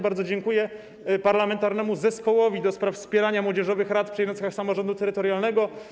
Bardzo dziękuję Parlamentarnemu Zespołowi ds. Wspierania Młodzieżowych Rad Przy Jednostkach Samorządu Terytorialnego.